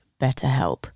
BetterHelp